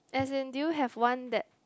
as in do you have one that